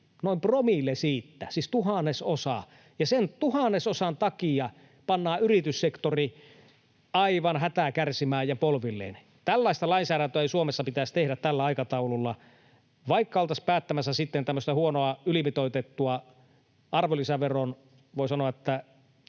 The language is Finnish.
noin promillen siitä. Siis tuhannesosan, ja sen tuhannesosan takia pannaan yrityssektori aivan hätää kärsimään ja polvilleen. Tällaista lainsäädäntöä ei Suomessa pitäisi tehdä tällä aikataululla, vaikka oltaisiin päättämässä sitten tämmöistä huonoa, ylimitoitettua arvonlisäveron, voi sanoa,